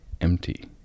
empty